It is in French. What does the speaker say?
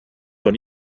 ton